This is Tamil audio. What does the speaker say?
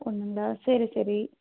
ஒன்றுங்களா சரி சரி